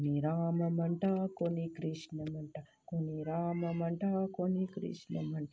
कोणी राम म्हणटा कोणी कृष्ण म्हणटा कोणी राम म्हणटा कोणी कृष्ण म्हणटा